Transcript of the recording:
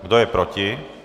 Kdo je proti?